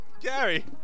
Gary